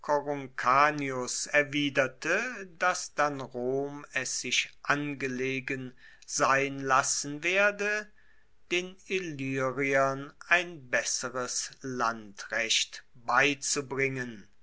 erwiderte dass dann rom es sich angelegen sein lassen werde den illyriern ein besseres landrecht beizubringen